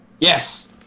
Yes